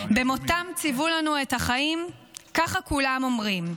"במותם ציוו לנו את החיים, ככה כולם אומרים.